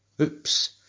Oops